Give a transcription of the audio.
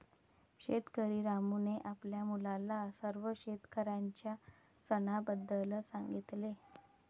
शेतकरी रामूने आपल्या मुलाला सर्व शेतकऱ्यांच्या सणाबद्दल सांगितले